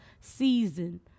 season